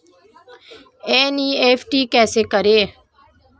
NEFT कैसे करें?